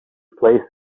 place